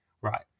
right